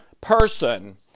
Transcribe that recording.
person